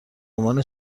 عنوان